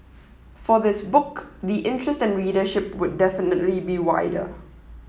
for this book the interest and readership would definitely be wider